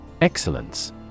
Excellence